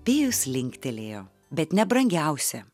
pijus linktelėjo bet ne brangiausia